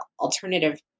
alternative